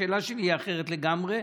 השאלה שלי אחרת לגמרי.